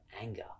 anger